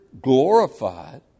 glorified